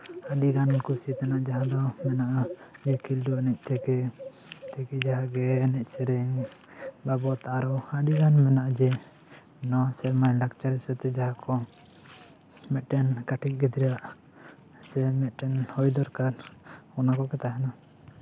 ᱟᱹᱰᱤᱜᱟᱱ ᱠᱩᱥᱤ ᱛᱟᱦᱮᱸᱜᱼᱟ ᱡᱟᱦᱟᱸ ᱫᱚ ᱢᱮᱱᱟᱜᱼᱟ ᱠᱷᱮᱞᱰᱩ ᱮᱱᱮᱡ ᱛᱷᱮᱠᱮ ᱡᱟᱜᱮ ᱮᱱᱮᱡ ᱥᱮᱨᱮᱧ ᱵᱟᱵᱚᱫ ᱟᱨ ᱟᱹᱰᱤᱜᱟᱱ ᱢᱮᱱᱟᱜᱼᱟ ᱡᱮ ᱱᱚᱣᱟ ᱥᱮᱨᱢᱟ ᱨᱮᱱᱟᱜ ᱞᱟᱠᱪᱟᱨ ᱦᱤᱥᱟᱹᱵ ᱛᱮ ᱡᱟᱦᱟᱸ ᱠᱚ ᱢᱤᱫᱴᱮᱱ ᱠᱟᱴᱤᱡ ᱜᱤᱫᱽᱨᱟᱹ ᱟᱜ ᱥᱮ ᱢᱤᱫᱴᱟᱝ ᱦᱩᱭ ᱫᱚᱨᱠᱟᱨ ᱚᱱᱟ ᱠᱚᱜᱮ ᱛᱟᱦᱮᱱᱟ